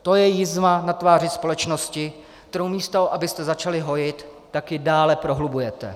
To je jizva na tváři společnosti, kterou místo abyste začali hojit, tak ji dále prohlubujete.